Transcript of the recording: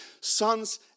sons